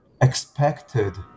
expected